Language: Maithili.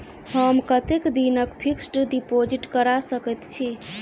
हम कतेक दिनक फिक्स्ड डिपोजिट करा सकैत छी?